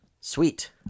Sweet